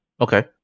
Okay